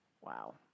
Wow